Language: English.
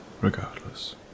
regardless